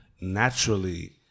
Naturally